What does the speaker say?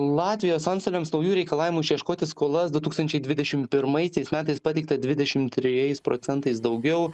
latvijos antstoliams naujų reikalavimų išieškoti skolas du tūkstančiai dvidešim pirmaisiais metais pateikta dvidešim trejais procentais daugiau